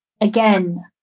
again